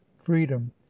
freedom